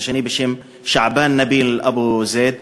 השני בשם שעבאן נביל אבו זייד.